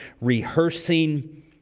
rehearsing